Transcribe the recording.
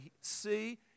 see